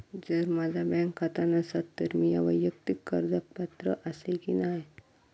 जर माझा बँक खाता नसात तर मीया वैयक्तिक कर्जाक पात्र आसय की नाय?